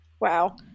wow